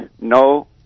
no